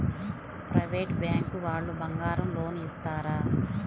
Private bank వాళ్ళు బంగారం loan ఇస్తారా?